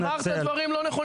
אמרת דברים לא נכונים.